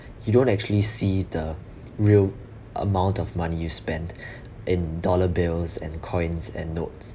you don't actually see the real amount of money you spend in dollar bills and coins and notes